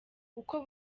uko